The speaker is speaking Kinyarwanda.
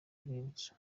rwibutso